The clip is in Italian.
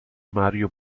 mario